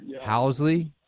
Housley